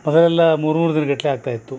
ಮೊದಲೆಲ್ಲ ಮೂರು ಮೂರು ದಿನ್ಗಟ್ಟಲೆ ಆಗ್ತಾ ಇತ್ತು